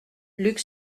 luc